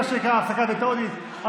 מה שנקרא, הפסקת מתודית.